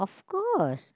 course